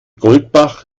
goldbach